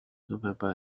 november